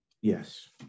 yes